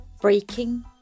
Breaking